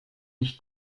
nicht